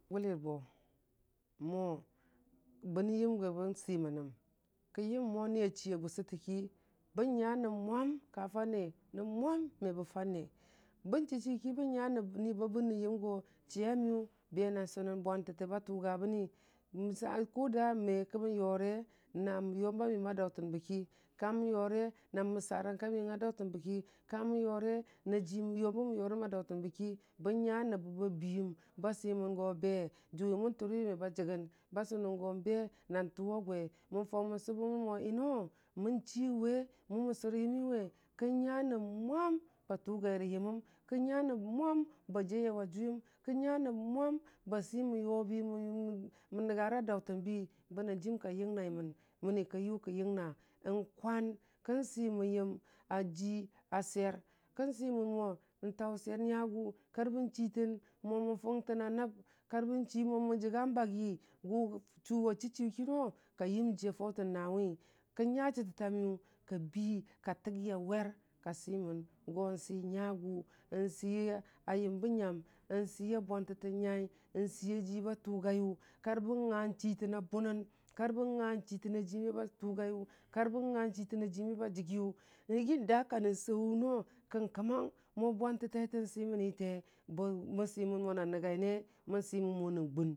mo, bənə yəm gəbə swimənəm kənyəmmo nii a chii a gʊ sutəki bən nya nəb mʊam ka fanne nəb mwam me bə fanne, bən chii chii ki bən nya nii bə bən nya nəb go chiiya miyʊ bə na sʊnən bʊantətə ba tʊga bəni, kʊ da me kəmə yʊre na yomba məyəm a dautənbəki, ka bən nya nəbbə ba biyiim, ba suiməngo be jʊwi mən fʊriwe me ba jəgən ba sʊiməngo be nan rʊwa gwe, mən faʊ mən sʊgʊmən mo yʊnoo, mən chii yʊwe, mə mən sʊrə n yəmi we kən nya nəb mʊam ba tʊgai rə yəməm, kə nya nəb mwam ba jaiye wa jʊwʊying, kən nya nəb mwam ba swimən yʊbi wʊ mən nənga ra daʊtənbəwi banənjim ka yəngnaimən məni kənyu yəngna, n kwan kən swimən yəm a jʊi a swer, kən swimən mo ntaʊswer nyagʊ kar bən chii mo mən fʊngtəna nəb, kar bənchii mo mən jiya bagi chuu gʊ wa chii chiyʊ kinau ko yəməi a fautən nawi, kən nya caɦtətamiyu ka bii ka təgiya wer, ka swimən ko n sii nyagʊ, nsii a yəmbə nyam n sii bwantətə nyai n sii a jii ba tʊgaiyʊ kar bən nga nchii təna bʊnən, kar bən nga nchii təna jii wʊ ma ba tʊgaiyʊ, kar bən nya n chii təna jiiwu mo ba jigiyʊ n yiyi da a kaan saʊ wʊngnoo, kən kəma mo bwantə taita nswimənite mən swimən mo nani nənga yəneə mən swimən mo nan gʊn.